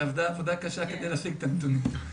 שעבדה עבודה קשה כדי להשיג את הנתונים.